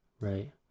Right